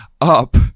up